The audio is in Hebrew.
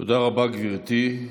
תודה רבה, גברתי.